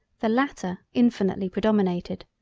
the latter infinitely predominated.